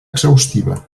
exhaustiva